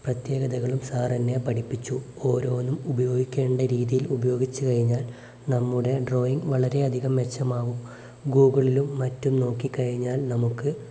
പ്രത്യേകതകളും സാർ എന്നെ പഠിപ്പിച്ചു ഓരോന്നും ഉപയോഗിക്കേണ്ട രീതിയിൽ ഉപയോഗിച്ച് കഴിഞ്ഞാൽ നമ്മുടെ ഡ്രോയിംഗ് വളരെ അധികം മെച്ചമാവും ഗൂഗിളിലും മറ്റും നോക്കി കഴിഞ്ഞാൽ നമുക്ക്